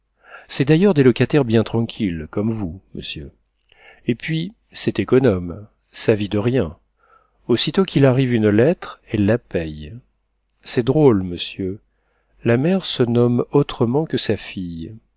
c'est d'ailleurs des locataires bien tranquilles comme vous monsieur et puis c'est économe ça vit de rien aussitôt qu'il arrive une lettre elles la paient c'est drôle monsieur la mère se nomme autrement que sa fille